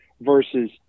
versus